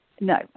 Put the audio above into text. No